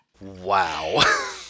Wow